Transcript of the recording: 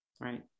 right